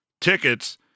tickets